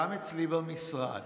גם אצלי במשרד,